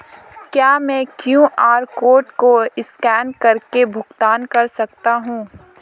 क्या मैं QR code को स्कैन करके भुगतान कर सकता हूं?